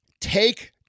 take